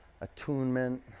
attunement